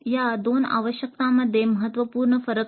या दोन आवश्यकतांमध्ये महत्त्वपूर्ण फरक आहे